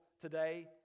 today